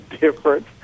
difference